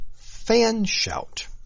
fanshout